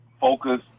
focus